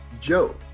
Joe